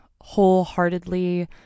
wholeheartedly